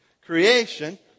Creation